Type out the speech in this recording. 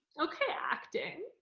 okay, acting.